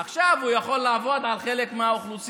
עכשיו, הוא יכול לעבוד על חלק מהאוכלוסייה,